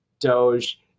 Doge